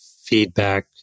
feedback